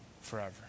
forever